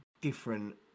different